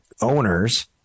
owners